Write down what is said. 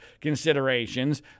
considerations